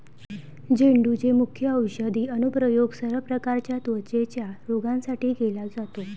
झेंडूचे मुख्य औषधी अनुप्रयोग सर्व प्रकारच्या त्वचेच्या रोगांसाठी केला जातो